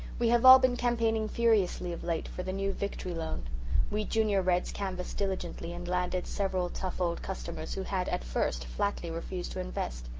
we have all been campaigning furiously of late for the new victory loan we junior reds canvassed diligently and landed several tough old customers who had at first flatly refused to invest.